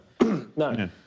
no